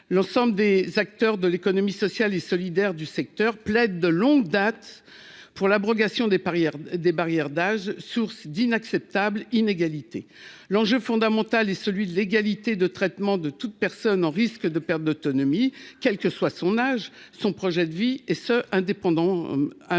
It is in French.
l'ensemble des acteurs de l'économie sociale et solidaire du secteur plaide de longue date pour l'abrogation des paris hier des barrières d'âge source d'inacceptables inégalités l'enjeu fondamental est celui de l'égalité de traitement de toute personne en risque de perte d'autonomie, quel que soit son âge, son projet de vie et se indépendant indépendamment